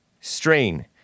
strain